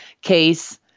case